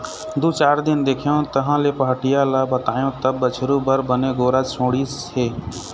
दू चार दिन देखेंव तहाँले पहाटिया ल बताएंव तब बछरू बर बने गोरस ल छोड़िस हे